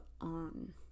on